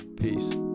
peace